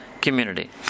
community